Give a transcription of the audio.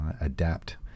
adapt